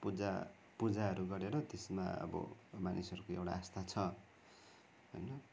पूजा पूजाहरू गरेर त्यसमा अब मानिसहरूको एउटा आस्था छ होइन